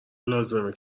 لازمه